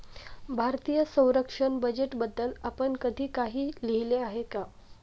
भारतीय संरक्षण बजेटबद्दल आपण कधी काही लिहिले आहे का?